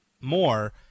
more